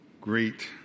great